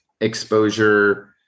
exposure